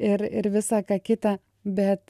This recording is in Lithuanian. ir ir visa ką kita bet